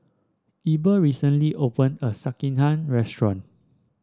Eber recently opened a Sekihan Restaurant